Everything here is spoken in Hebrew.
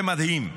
זה מדהים.